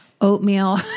oatmeal